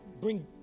bring